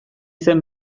zen